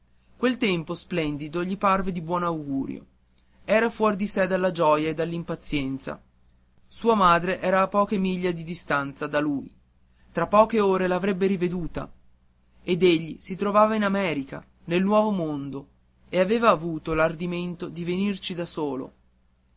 quel tempo splendido gli parve di buon augurio era fuor di sé dalla gioia e dall'impazienza sua madre era a poche miglia di distanza da lui tra poche ore l'avrebbe veduta ed egli si trovava in america nel nuovo mondo e aveva avuto l'ardimento di venirci solo